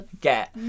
get